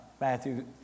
Matthew